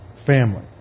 family